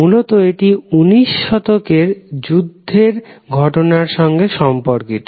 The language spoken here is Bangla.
মূলত এটি ঊনিশ শতকের যুদ্ধের ঘটনার সঙ্গে সম্পর্কিত